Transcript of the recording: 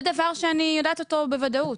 זה דבר שאני יודעת אותו בוודאות.